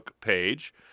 page